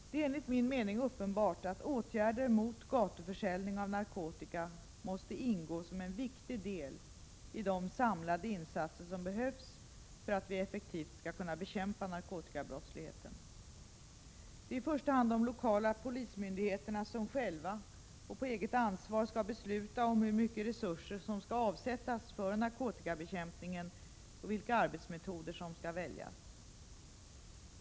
Det är enligt min mening uppenbart att åtgärder mot gatuförsäljningen av narkotika måste ingå som en viktig del i de samlade insatser som behövs för att vi effektivt skall kunna bekämpa narkotikabrottsligheten. Det är i första hand de lokala polismyndigheterna som själva och på eget ansvar skall besluta om hur mycket resurser som skall avsättas för narkotikabekämpningen och vilka arbetsmetoder som skall väljas.